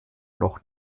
noch